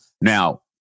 Now